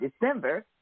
December